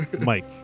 Mike